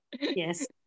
yes